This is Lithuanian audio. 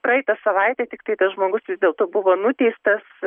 praeitą savaitę tiktai tas žmogus vis dėlto buvo nuteistas